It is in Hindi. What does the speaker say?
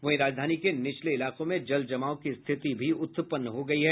वहीं राजधानी के निचले इलाकों में जल जमाव की स्थिति उत्पन्न हो गयी है